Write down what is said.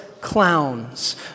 clowns